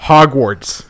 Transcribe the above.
Hogwarts